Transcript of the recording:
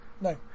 No